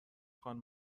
خوان